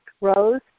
Rose